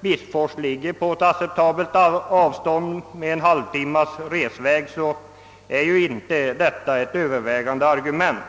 Bispfors som sagt ligger på acceptabelt avstånd från universitetsort, endast en halv timmes resväg, är det inte något tungt vägande argument.